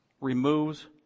removes